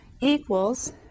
equals